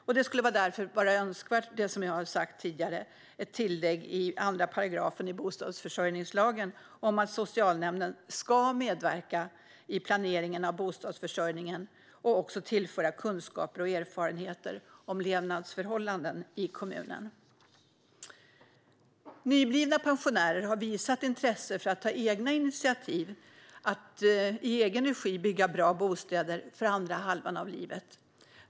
Som jag har sagt tidigare skulle det därför vara önskvärt med ett tillägg i 2 § i bostadsförsörjningslagen om att socialnämnden ska medverka i planeringen av bostadsförsörjningen och också tillföra kunskaper och erfarenheter om levnadsförhållandena i kommunen. Nyblivna pensionärer har visat intresse för att ta egna initiativ att i egen regi bygga bra bostäder för andra halvan av livet.